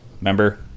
Remember